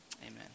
Amen